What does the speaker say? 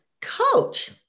coach